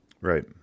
right